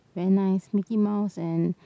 very nice Mickey Mouse and